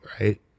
right